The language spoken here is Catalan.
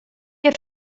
què